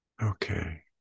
Okay